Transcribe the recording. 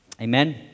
Amen